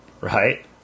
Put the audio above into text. Right